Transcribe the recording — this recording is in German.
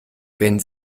wenn